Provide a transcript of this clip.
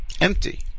Empty